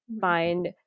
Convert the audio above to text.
find